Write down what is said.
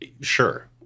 sure